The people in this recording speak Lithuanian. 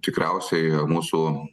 tikriausiai mūsų